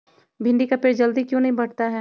भिंडी का पेड़ जल्दी क्यों नहीं बढ़ता हैं?